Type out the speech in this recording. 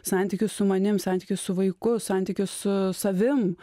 santykius su manim santykius su vaiku santykius su savim